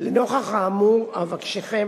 לנוכח האמור אבקשכם,